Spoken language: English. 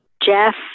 Jeff